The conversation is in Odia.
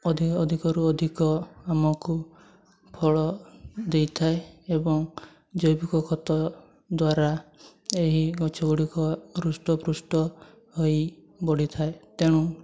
ଅଧିକରୁ ଅଧିକ ଆମକୁ ଫଳ ଦେଇଥାଏ ଏବଂ ଜୈବିକ ଖତ ଦ୍ୱାରା ଏହି ଗଛ ଗୁଡ଼ିକ ହୃଷ୍ଟପୁଷ୍ଟ ହୋଇ ବଢ଼ିଥାଏ ତେଣୁ